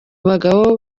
bagabo